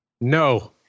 No